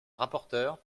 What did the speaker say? rapporteur